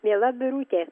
miela birute